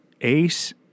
Ace